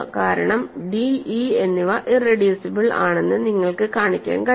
കാരണം D E എന്നിവ irreducible ആണെന്ന് നിങ്ങൾക്ക് കാണിക്കാൻ കഴിയും